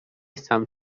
some